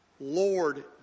Lord